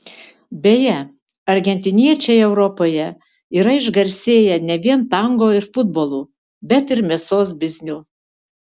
beje argentiniečiai europoje yra išgarsėję ne vien tango ir futbolu bet ir mėsos bizniu